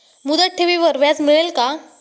मुदत ठेवीवर व्याज मिळेल का?